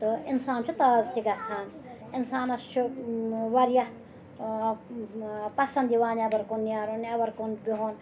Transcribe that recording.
تہٕ اِنسان چھُ تازٕ تہِ گَژھان اِنسانَس چھِ واریاہ پَسنٛد یِوان نیٚبَر کُن نیرُن نیٚبَر کُن بِہُن